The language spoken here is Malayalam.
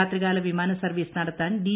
രാത്രികാല വിമാന സർവീസ് നടത്താൻ ഡി